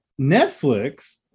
netflix